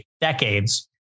decades